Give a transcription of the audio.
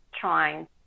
trying